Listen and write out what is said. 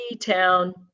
town